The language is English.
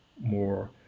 more